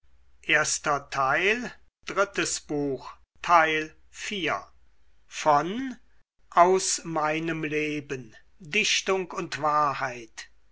goethe aus meinem leben dichtung und wahrheit